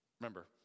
Remember